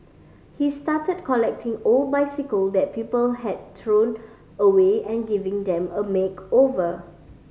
he started collecting old bicycle that people had thrown away and giving them a makeover